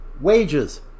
wages